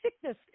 sickness